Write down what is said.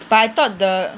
but I thought the